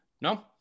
No